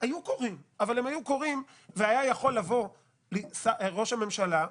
היה יכול לבוא ראש הממשלה,